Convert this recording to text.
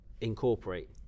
incorporate